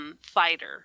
fighter